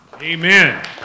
Amen